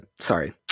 sorry